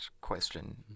question